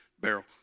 barrel